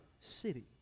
city